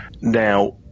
Now